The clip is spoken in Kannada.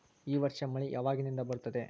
ಈ ವರ್ಷ ಮಳಿ ಯಾವಾಗಿನಿಂದ ಬರುತ್ತದೆ?